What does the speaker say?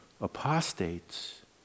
apostates